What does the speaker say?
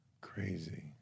Crazy